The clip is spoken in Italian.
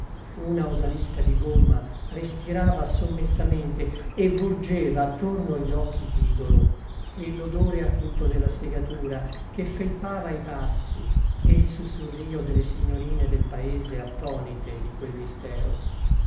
una odalisca di gomma respirava sommessamente e volgeva attorno gli occhi d'idolo e l'odore acuto della segatura che felpava i passi e il sussurrio delle signorine del paese attonite di quel mistero